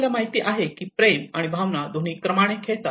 आपल्याला माहित आहे की प्रेम आणि भावना दोन्ही क्रमाने खेळतात